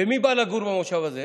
ומי בא לגור במושב הזה,